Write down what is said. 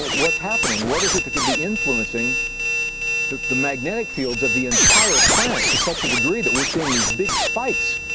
what is happening, what is it that could be influencing the the magnetic fields of the entire planet to such a degree that we're seeing those big spikes.